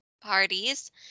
parties